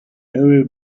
every